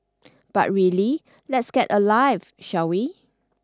but really let's get a life shall we